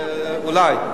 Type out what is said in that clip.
אולי.